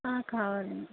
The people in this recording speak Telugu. కావాలండి